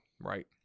right